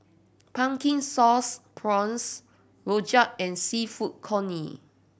Pumpkin Sauce Prawns rojak and Seafood Congee